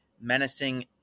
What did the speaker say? menacing